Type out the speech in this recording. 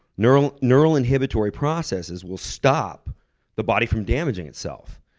neural neural inhibitory processes will stop the body from damaging itself.